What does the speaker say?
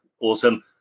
awesome